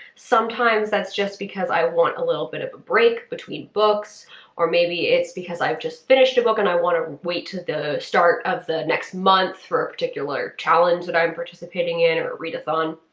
sometimes that's just because i want a little bit of break between books or maybe it's because i've just finished a book and i want to wait til the start of the next month for a particular challenge that i'm participating in or a readathon,